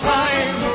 time